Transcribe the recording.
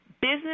business